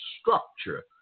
structure